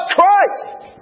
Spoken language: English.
Christ